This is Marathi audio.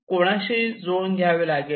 कोणाशी जुळवून घ्यावे लागेल